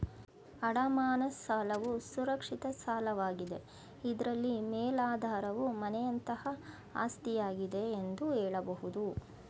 ಅಡಮಾನ ಸಾಲವು ಸುರಕ್ಷಿತ ಸಾಲವಾಗಿದೆ ಇದ್ರಲ್ಲಿ ಮೇಲಾಧಾರವು ಮನೆಯಂತಹ ಆಸ್ತಿಯಾಗಿದೆ ಎಂದು ಹೇಳಬಹುದು